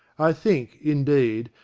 i think indeed,